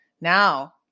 Now